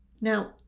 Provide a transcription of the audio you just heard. Now